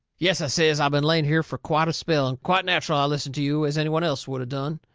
yes, i says, i been laying here fur quite a spell, and quite natcheral i listened to you, as any one else would of done.